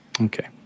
Okay